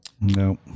No